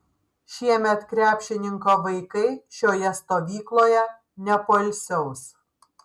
šiemet krepšininko vaikai šioje stovykloje nepoilsiaus